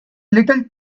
little